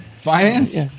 Finance